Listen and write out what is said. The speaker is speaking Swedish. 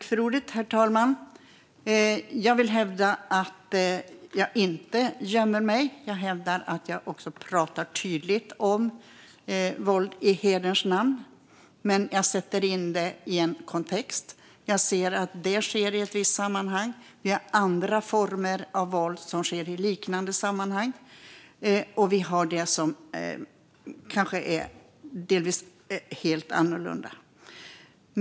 Herr talman! Jag vill hävda att jag inte gömmer mig. Jag hävdar också att jag pratar tydligt om våld i hederns namn. Men jag sätter in det i en kontext. Jag ser att det sker i ett visst sammanhang. Det finns också andra former av våld som sker i liknande sammanhang, och det finns det som kanske är helt annorlunda.